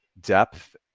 depth